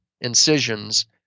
incisions